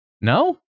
No